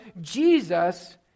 Jesus